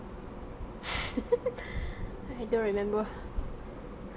I don't remember